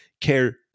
care